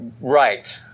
Right